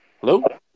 Hello